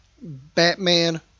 Batman